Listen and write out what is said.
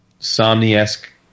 Somni-esque